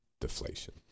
deflation